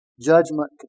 judgment